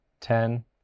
ten